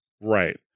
Right